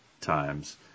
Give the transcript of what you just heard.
times